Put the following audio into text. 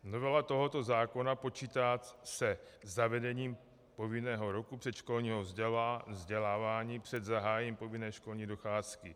Novela tohoto zákona počítá se zavedením povinného roku předškolního vzdělávání před zahájením povinné školní docházky.